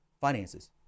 finances